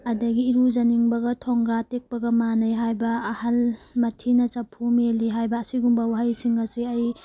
ꯑꯗꯒꯤ ꯏꯔꯨꯖꯅꯤꯡꯕꯒ ꯊꯣꯡꯒ꯭ꯔꯥ ꯇꯦꯛꯄꯒ ꯃꯥꯟꯅꯩ ꯍꯥꯏꯕ ꯑꯍꯜ ꯃꯊꯤꯅ ꯆꯐꯨ ꯃꯦꯜꯂꯤ ꯍꯥꯏꯕ ꯑꯁꯤꯒꯨꯝꯕ ꯋꯥꯍꯩꯁꯤꯡ ꯑꯁꯦ ꯑꯩ